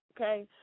okay